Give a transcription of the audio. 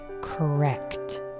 correct